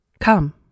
come